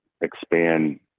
expand